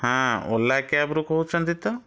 ହଁ ଓଲା କ୍ୟାବ୍ରୁ କହୁଛନ୍ତି ତ